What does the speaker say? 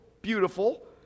Beautiful